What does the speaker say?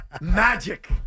Magic